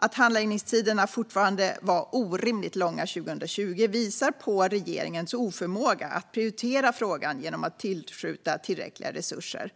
Att handläggningstiderna fortfarande var orimligt långa 2020 visar på regeringens oförmåga att prioritera frågan genom att tillskjuta tillräckliga resurser.